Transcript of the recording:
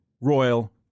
royal